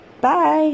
Bye